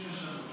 לא מתקבלת.